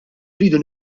rridu